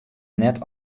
net